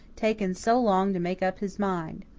taken so long to make up his mind.